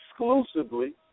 Exclusively